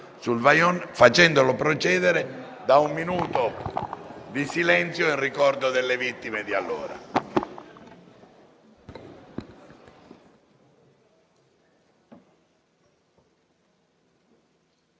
facendoli precedere da un minuto di silenzio in ricordo delle vittime di quella